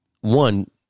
One